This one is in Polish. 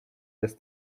jest